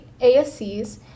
ASCs